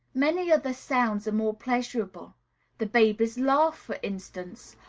many other sounds are more pleasurable the baby's laugh, for instance,